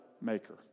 maker